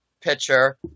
pitcher